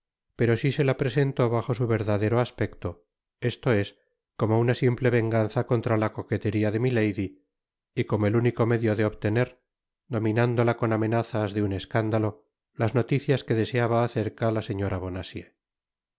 pero si se la presentó bajo su verdadero aspecto esto es como una simple venganza contra la coqueteria de milady y como el único medio de obtener dominándola con amenazas de un escándalo las noticias que deseaba acerca la señora